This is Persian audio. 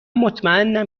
مطمئنم